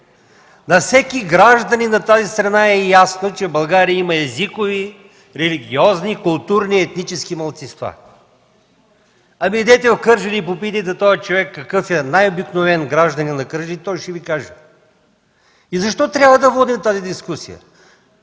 На всеки гражданин на тази страна е ясно, че в България има езикови, религиозни, културни и етнически малцинства. Идете в Кърджали и попитайте един човек, най-обикновен гражданин на Кърджали, какъв е и той ще Ви каже. Защо трябва да водим тази дискусия?